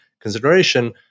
consideration